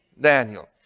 Daniel